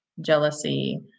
jealousy